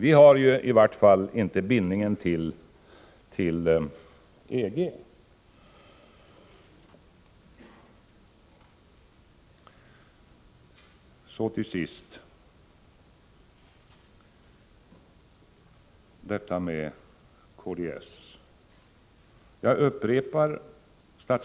Vi har ju i vart fall inte bindningen till EG. Till sist om detta med kds: Jag upprepar — och st?